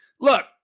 Look